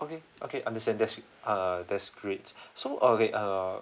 okay okay understand that's it uh that's great so okay uh